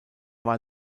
war